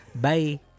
Bye